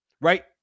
right